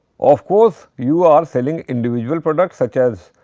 of course, you are selling individual products such as